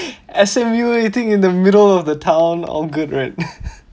S_M_U eating in the middle of the town all good right